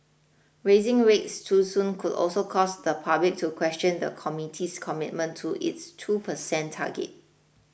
Raising rates too soon could also cause the public to question the committee's commitment to its two percent target